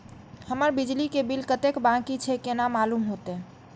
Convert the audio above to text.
हमर बिजली के बिल कतेक बाकी छे केना मालूम होते?